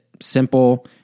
Simple